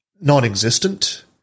non-existent